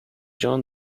john